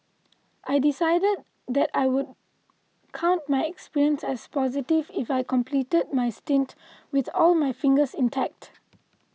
I decided that I would count my experience as positive if I completed my stint with all my fingers intact